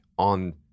On